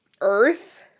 earth